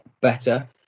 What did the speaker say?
better